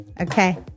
Okay